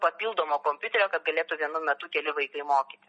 papildomo kompiuterio kad galėtų vienu metu keli vaikai mokytis